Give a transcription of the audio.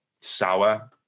sour